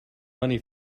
money